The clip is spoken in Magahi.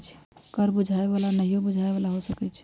कर बुझाय बला आऽ नहियो बुझाय बला हो सकै छइ